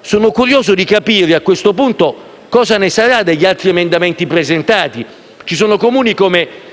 Sono curioso di capire, a questo punto, cosa ne sarà degli altri emendamenti presentati. Ci sono Comuni come